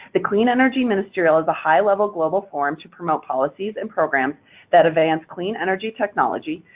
the clean energy ministerial is a high-level global forum to promote policies and programs that advance clean energy technology,